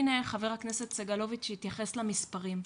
הנה, חבר הכנסת סגלוביץ' התייחס למספרים.